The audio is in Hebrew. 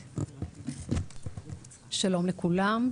שלום לכולם.